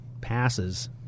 passes